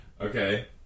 Okay